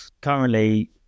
currently